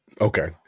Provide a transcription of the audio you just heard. Okay